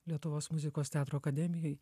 lietuvos muzikos teatro akademijoj